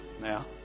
now